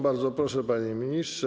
Bardzo proszę, panie ministrze.